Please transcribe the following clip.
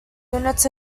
units